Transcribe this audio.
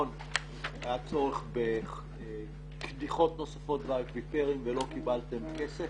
האם היה צורך בקדיחות נוספים באקוויפרים ולא קיבלתם כסף?